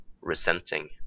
resenting